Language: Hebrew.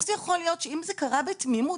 אם זה קרה בתמימות,